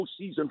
postseason